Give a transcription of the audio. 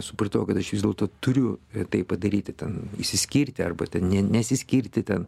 supratau kad aš vis dėlto turiu tai padaryti ten išsiskirti arba ten ne nesiskirti ten